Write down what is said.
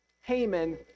Haman